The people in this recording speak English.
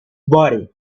body